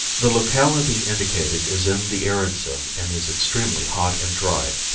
the locality indicated is in the arid zone and is extremely hot and dry.